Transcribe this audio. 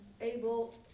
able